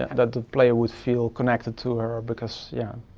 that the player would feel connected to her because, yeah,